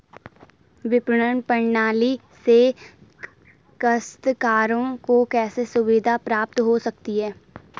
विपणन प्रणाली से काश्तकारों को कैसे सुविधा प्राप्त हो सकती है?